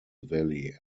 valley